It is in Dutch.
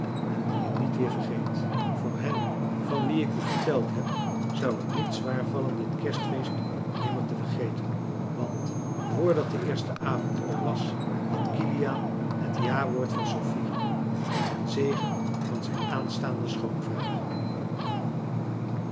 en die het niet weer vergeet voor hen van wie ik u verteld heb zou het niet zwaar vallen dit kerstfeest nimmer te vergeten want voordat de eerste avond om was had kiliaan het jawoord van sophie en den zegen van zijn aanstaanden